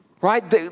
Right